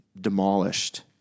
demolished